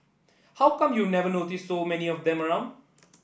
how come you never noticed so many of them around